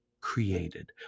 created